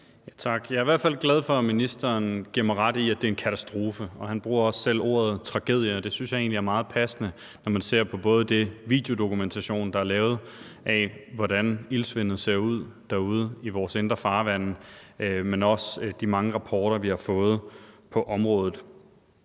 Jeg er i hvert fald glad for, at ministeren giver mig ret i, at det er en katastrofe. Han bruger også selv ordet tragedie, og det synes jeg egentlig er meget passende, når man ser på både den videodokumentation, der er lavet, af, hvordan iltsvindet derude i vores indre farvande ser ud, men også de mange rapporter på området,